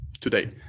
today